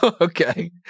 okay